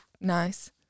nice